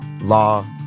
law